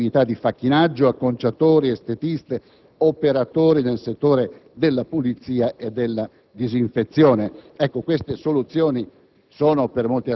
gli addetti alle attività di facchinaggio, gli acconciatori, le estetiste, gli operatori nel settore della pulizia e della disinfezione. Le soluzioni